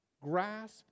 grasp